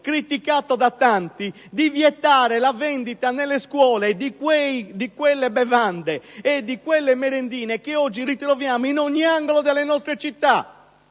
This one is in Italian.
criticato da tanti, di vietare la vendita nelle scuole di quelle bevande e di quelle merendine che oggi ritroviamo in ogni angolo delle nostre città,